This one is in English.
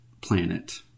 planet